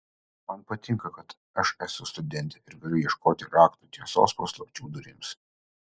man patinka kad aš esu studentė ir galiu ieškoti raktų tiesos paslapčių durims